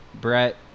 Brett